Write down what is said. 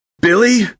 Billy